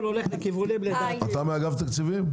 הולך לכיוונים -- אתה מאגף תקציבים?